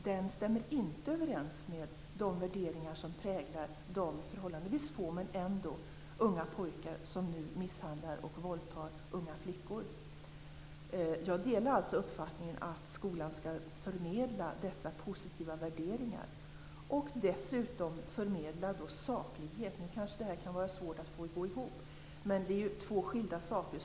Den stämmer inte överens med de värderingar som präglar de förhållandevis få unga pojkar som nu misshandlar och våldtar unga flickor. Jag delar alltså uppfattningen att skolan skall förmedla dessa positiva värderingar och dessutom förmedla saklighet. Nu kan det kanske vara svårt att få detta att gå ihop. Det är ju två skilda saker.